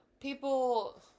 People